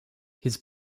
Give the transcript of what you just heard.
his